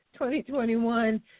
2021